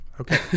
Okay